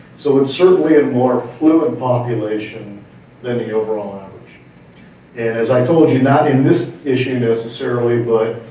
so it's certainly a more fluid population then the overall average. and as i told you, not in this issue necessarily,